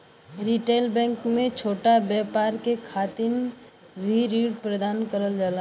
retail bank में छोटा व्यापार के खातिर भी ऋण प्रदान करल जाला